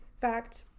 fact